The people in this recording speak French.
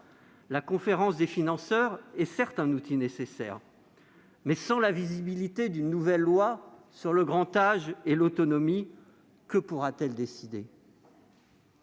La conférence des financeurs est certes un outil nécessaire, mais sans la visibilité qu'offrirait une nouvelle loi relative au grand âge et à l'autonomie, que pourra-t-elle décider ?